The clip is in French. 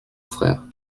frère